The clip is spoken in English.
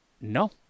no